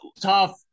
tough